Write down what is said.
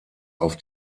auf